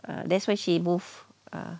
that's why she move uh